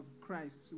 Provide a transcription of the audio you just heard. Christ